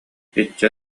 итиччэ